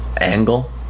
Angle